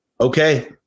okay